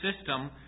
system